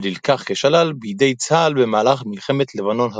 ונלקח כשלל בידי צה"ל במהלך מלחמת לבנון הראשונה.